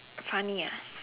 funny ah